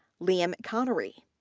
liam connery,